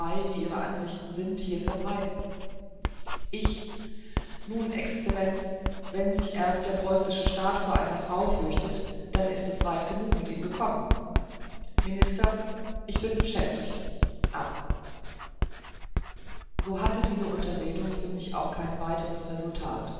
wie ihre ansichten sind hier verbreiten ich nun excellenz wenn sich erst der preußische staat vor einer frau fürchtet dann ist es weit genug mit ihm gekommen minister ich bin beschäftigt ab so hatte diese unterredung für mich auch kein weiteres resultat